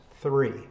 three